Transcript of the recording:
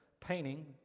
Painting